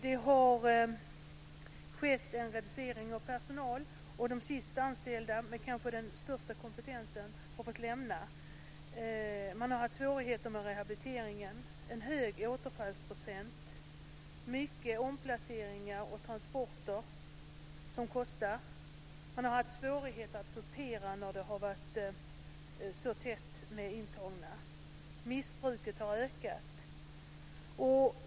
Det har skett en reducering av personal. De senast anställda med den kanske största kompetensen har fått sluta. Man har haft svårigheter med rehabiliteringen. Det är en hög återfallsprocent, många omplaceringar och transporter som kostar. Man har haft svårigheter att gruppera när det har varit så många intagna. Missbruket har ökat.